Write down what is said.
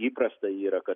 įprasta yra kad